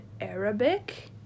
Arabic